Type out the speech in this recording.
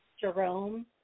Jerome